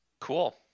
Cool